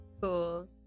cool